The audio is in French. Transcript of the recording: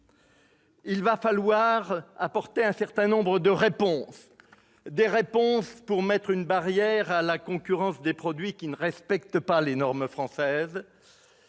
il va falloir apporter un certain nombre de réponses : des réponses pour mettre une barrière à la concurrence des produits qui ne respectent pas les normes françaises